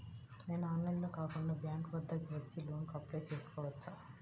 నేను ఆన్లైన్లో కాకుండా బ్యాంక్ వద్దకు వచ్చి లోన్ కు అప్లై చేసుకోవచ్చా?